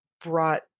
brought